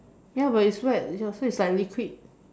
ya but it's wet ya so it's like liquid